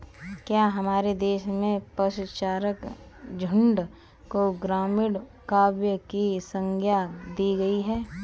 क्या हमारे देश में पशुचारक झुंड को ग्रामीण काव्य की संज्ञा दी गई है?